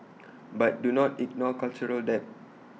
but do not ignore cultural debt